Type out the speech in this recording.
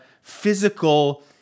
physical